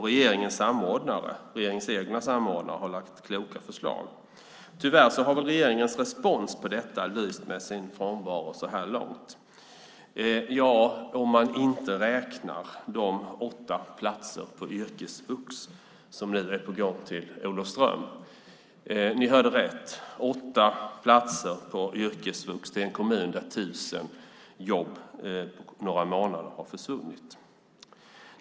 Regeringens egna samordnare har lagt fram kloka förslag. Tyvärr har regeringens respons på detta lyst med sin frånvaro så här långt - om man inte räknar de åtta platser på yrkesvux som nu är på gång till Olofström. Ni hörde rätt: Åtta platser på yrkesvux till en kommun där 1 000 jobb har försvunnit på några månader.